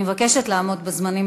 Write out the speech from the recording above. אני מבקשת לעמוד בזמנים.